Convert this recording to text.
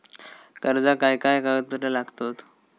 कर्जाक काय काय कागदपत्रा लागतत?